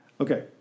Okay